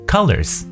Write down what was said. Colors